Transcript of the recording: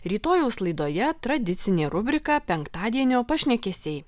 rytojaus laidoje tradicinė rubrika penktadienio pašnekesiai